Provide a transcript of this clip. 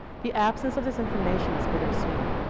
the absence of this information is bitter sweet.